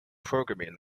programming